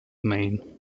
maine